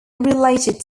related